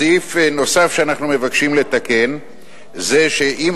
סעיף נוסף שאנחנו מבקשים לתקן זה שאם